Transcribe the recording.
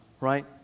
right